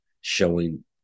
showing